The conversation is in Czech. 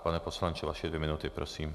Pane poslanče, vaše dvě minuty, prosím.